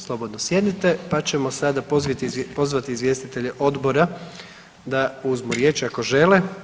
Slobodno sjednite, pa ćemo sada pozvati izvjestitelje Odbora da uzmu riječ ako žele.